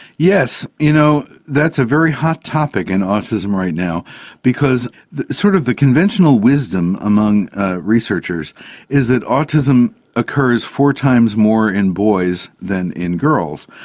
yes, you know, that's a very hot topic in and autism right now because the sort of the conventional wisdom among researchers is that autism occurs four times more in boys than in girls.